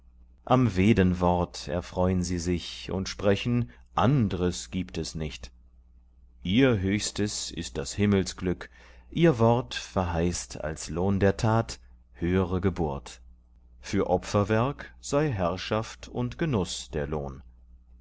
am vedenwort erfreun sie sich und sprechen andres gibt es nicht ihr höchstes ist das himmelsglück ihr wort verheißt als lohn der tat höhere geburt für opferwerk sei herrschaft und genuß der lohn